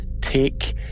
take